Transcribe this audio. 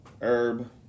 herb